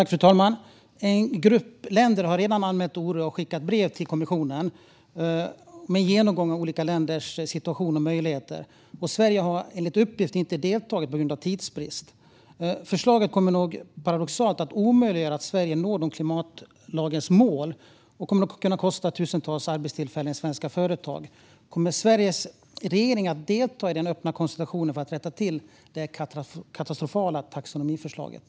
Fru talman! En grupp länder har redan anmält oro och skickat brev till kommissionen med en genomgång av olika länders situation och möjligheter. Sverige har, enligt uppgift, inte deltagit på grund av tidsbrist. Förslaget kommer, paradoxalt nog, att omöjliggöra att Sverige når klimatlagens mål och kommer att kosta tusentals arbetstillfällen i svenska företag. Kommer Sveriges regering att delta i den öppna konsultationen för att rätta till det katastrofala taxonomiförslaget?